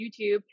youtube